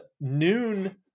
noon